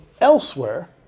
elsewhere